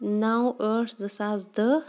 نو ٲٹھ زٕساس دہ